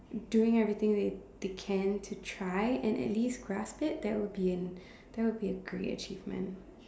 doing everything they they can to try and at least grasp it that would be an that would be a great achievement